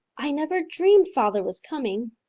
i never dreamed father was coming,